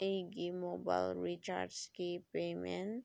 ꯑꯩꯒꯤ ꯃꯣꯕꯥꯏꯜ ꯔꯤꯆꯥꯔꯖꯀꯤ ꯄꯦꯃꯦꯟ